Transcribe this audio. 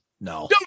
no